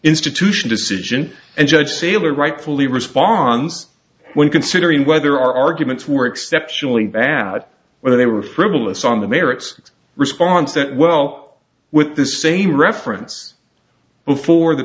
institution decision and judge sailor rightfully response when considering whether our arguments were exceptionally bad whether they were frivolous on the merits response that well with the same reference before the